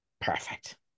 Perfect